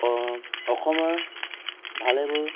অসমৰ ভালে বোৰ